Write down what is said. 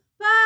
Bye